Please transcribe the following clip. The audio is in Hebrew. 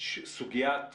סוגיית